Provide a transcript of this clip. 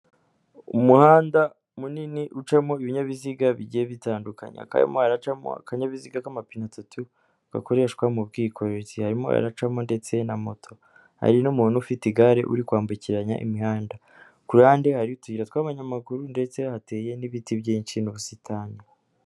Umuhanda munini ucamo ibinyabiziga bigiye bitandukanya, hakaba harimo haracamo kakanyayabiziga k'amapine atatu gakoreshwa mu bwikorezi, harimo haracamo ndetse na moto, hari n'umuntu ufite igare uri kwambukiranya imihanda, ku ruhande hari utuyira tw'abanyamaguru ndetse hateye n'ibiti byinshi n'ubusitani.